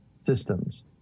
systems